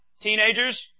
teenagers